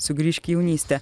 sugrįžki jaunyste